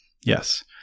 yes